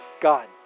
God